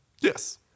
Yes